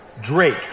Drake